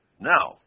Now